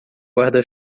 guarda